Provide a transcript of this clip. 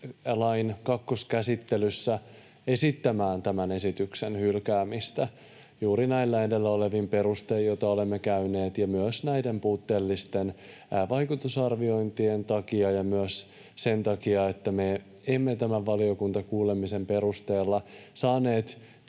lain kakkoskäsittelyssä esittämään tämän esityksen hylkäämistä juuri näillä edellä olevin perustein, joita olemme käyneet, ja myös näiden puutteellisten vaikutusarviointien takia ja myös sen takia, että me emme tämän valiokuntakuulemisen perusteella saaneet